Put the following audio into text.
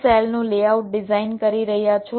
તમે સેલનું layout design કરી રહ્યાં છો